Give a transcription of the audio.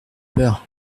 peur